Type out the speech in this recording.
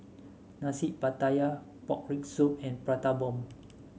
Nasi Pattaya Pork Rib Soup and Prata Bomb